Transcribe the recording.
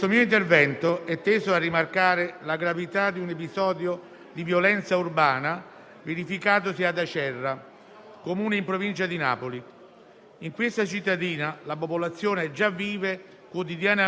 In questa cittadina la popolazione già vive quotidianamente sulla propria pelle le difficoltà economiche, il degrado sociale e le conseguenze negative di un territorio martoriato